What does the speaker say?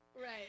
right